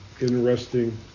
Interesting